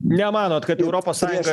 nemanot kad europos sąjunga